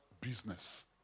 business